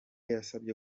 yasabye